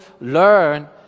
learn